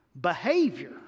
behavior